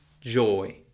joy